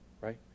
right